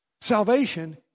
Salvation